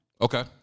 Okay